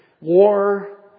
war